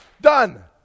Done